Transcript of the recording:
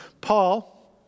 Paul